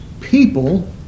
people